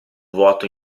vuoto